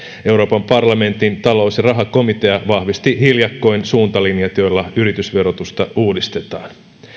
euroopan parlamentin talous ja rahakomitea vahvisti hiljakkoin suuntalinjat joilla yritysverotusta uudistetaan